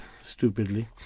stupidly